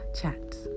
chat